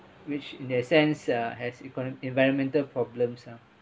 which in that sense uh has economy environmental problems sia